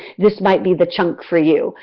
this might be the chunk for you.